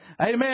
Amen